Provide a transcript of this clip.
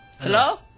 Hello